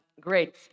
Great